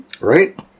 Right